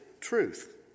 truth